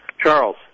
Charles